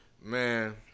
man